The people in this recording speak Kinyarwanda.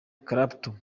clapton